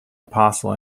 apostle